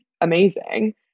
amazing